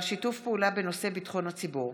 בדבר שיתוף פעולה בנושא ביטחון הציבור,